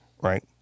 Right